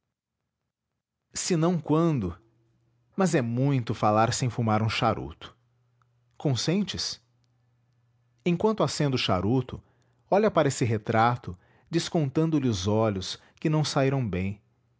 erradio senão quando mas é muito falar sem fumar um charuto consentes enquanto acendo o charuto olha para esse retrato descontando lhe os olhos que não saíram bem